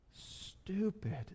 stupid